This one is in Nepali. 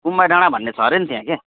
उम्मई डाँडा भन्ने छ अरे नि त्यहाँ के